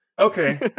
Okay